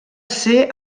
ser